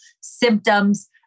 symptoms